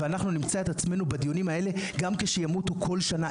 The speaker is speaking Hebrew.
ואנחנו נמצא את עצמנו בדיונים האלה גם כשימותו כל שנה,